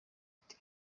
ati